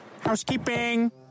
Housekeeping